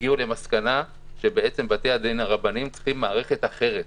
והגיעו למסקנה שבתי הדין הרבניים צריכים מערכת אחרת,